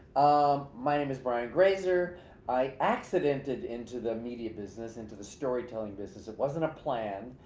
um my name is brian grazer i accidented into the media business into the storytelling business, it wasn't a plan.